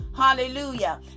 Hallelujah